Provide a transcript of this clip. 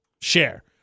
share